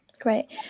great